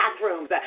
bathrooms